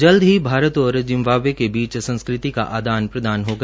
जल्द ही भारत और जिम्बावे के बीच संस्कृति का आदान प्रदान होगा